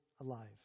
alive